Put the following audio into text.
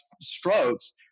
strokes